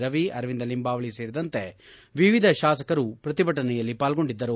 ರವಿ ಅರವಿಂದ ಲಿಂಬಾವಳಿ ಸೇರಿದಂತೆ ವಿವಿಧ ಶಾಸಕರು ಪ್ರತಿಭಟನೆಯಲ್ಲಿ ಪಾಲ್ಗೊಂಡಿದ್ದರು